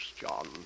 John